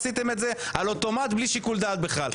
עשיתם את זה על אוטומט בלי שיקול דעת בכלל,